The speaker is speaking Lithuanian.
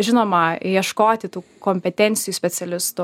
žinoma ieškoti tų kompetencijų specialistų